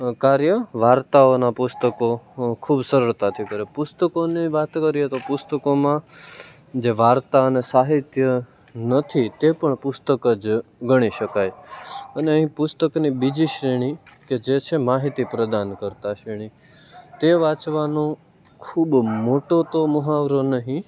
કાર્ય વાર્તાઓના પુસ્તકો ખૂબ સરળતાથી કરે પુસ્તકોની વાત કરીએ તો પુસ્તકોમાં જે વાર્તા અને સાહિત્ય નથી તે પણ પુસ્તક જ ગણી શકાય અને ઈ પુસ્તકની બીજી શ્રેણી કે જે છે માહિતી પ્રદાન કર્તા શ્રેણી તે વાંચવાનું ખૂબ મોટો તો મહાવરો નહીં